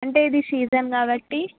అంటే ఇది సీజన్ కాబట్టి